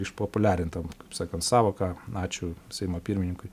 išpopuliarintam kaip sakant sąvoką ačiū seimo pirmininkui